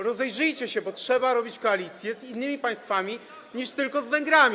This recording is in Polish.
Rozejrzyjcie się, bo trzeba robić koalicję z innymi państwami, nie tylko z Węgrami.